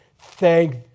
thank